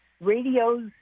radios